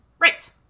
Right